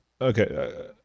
okay